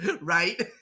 Right